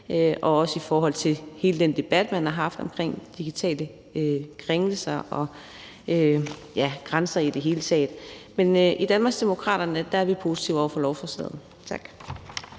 også i forhold til hele den debat, der har været, om digitale krænkelser, ja, om grænser i det hele taget. Men i Danmarksdemokraterne er vi positive over for lovforslaget. Tak.